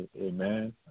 Amen